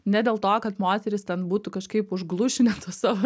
ne dėl to kad moterys ten būtų kažkaip užglušinę tuos savo